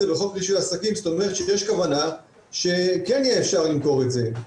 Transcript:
זה בחוק רישוי עסקים זאת אומרת שיש כוונה שכן יהיה אפשר למכור את זה,